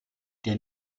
der